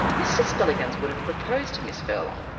mr. spillikins would have proposed to miss furlong.